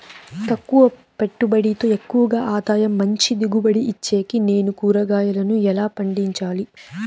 తక్కువ పెట్టుబడితో ఎక్కువగా ఆదాయం మంచి దిగుబడి ఇచ్చేకి నేను కూరగాయలను ఎలా పండించాలి?